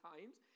times